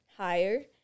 Higher